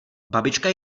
babička